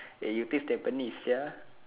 eh you stay tampines sia